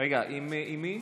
אני במקומו.